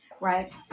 right